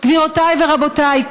גבירותיי ורבותיי,